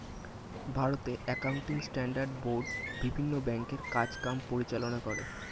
ভারতে accounting standard board বিভিন্ন ব্যাংকের কাজ কাম পরিচালনা করে